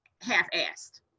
half-assed